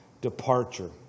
departure